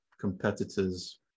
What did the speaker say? competitors